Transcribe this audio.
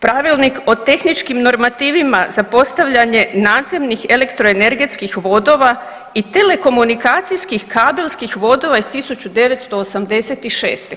Pravilnik o tehničkim normativima za postavljanje nadzemnih elektroenergetskih vodova i telekomunikacijskih kabelskih vodova iz 1986.